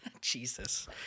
jesus